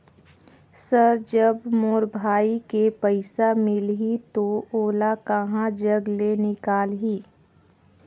Sir जब मोर भाई के पइसा मिलही तो ओला कहा जग ले निकालिही?